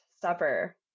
Supper